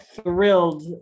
thrilled